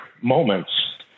moments